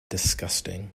disgusting